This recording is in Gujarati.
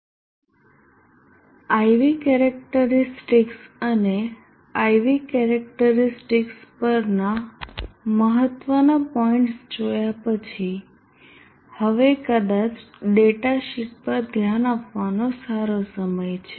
I V કેરેક્ટરીસ્ટિકસ અને IV કેરેક્ટરીસ્ટિકસ પરના મહત્ત્વના પોઈન્ટ્સ જોયા પછી હવે કદાચ ડેટા શીટ પર ધ્યાન આપવાનો સારો સમય છે